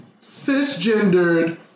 Cisgendered